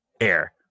air